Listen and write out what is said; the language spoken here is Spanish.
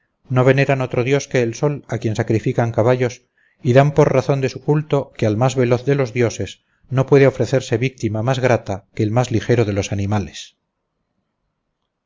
no veneran otro dios que el sol a quien sacrifican caballos y dan por razón de su culto que al más veloz de los dioses no puede ofrecerse víctima más grata que el más ligero de los animales